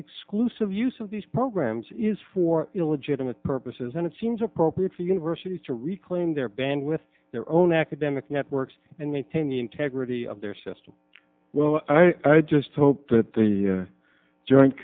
exclusive use of these programs is for illegitimate purposes and it seems appropriate for universities to reclaim their band with their own academic networks and maintain your integrity of their system well i just hope that the join